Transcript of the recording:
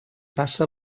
passa